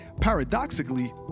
paradoxically